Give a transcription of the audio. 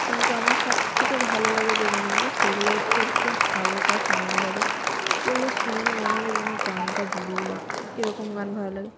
কিন্তু আমার সবথেকে ভালো লাগে যে গানগুলো সেগুলো হচ্ছে একটু হালকা সাউন্ড হবে যেগুলো শুনলে মনে হবে যেন প্রাণটা জুড়িয়ে যাচ্ছে এরকম গান ভালো লাগে